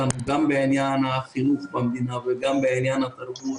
בעניין החינוך במדינה וגם בעניין התרבות,